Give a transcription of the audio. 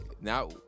Now